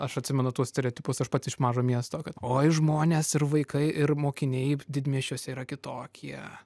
aš atsimenu tuos stereotipus aš pats iš mažo miesto kad oi žmonės ir vaikai ir mokiniai didmiesčiuose yra kitokie